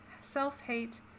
self-hate